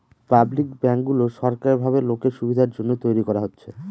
public ব্যাঙ্কগুলো সরকারি ভাবে লোকের সুবিধার জন্য তৈরী করা হচ্ছে